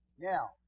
Now